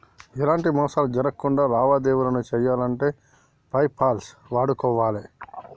ఎలాంటి మోసాలు జరక్కుండా లావాదేవీలను చెయ్యాలంటే పేపాల్ వాడుకోవాలే